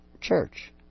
Church